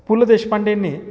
Pu La देशपांडेनी